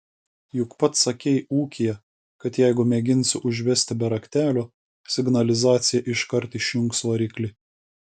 juk pats sakei ūkyje kad jeigu mėginsi užvesti be raktelio signalizacija iškart išjungs variklį